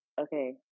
okay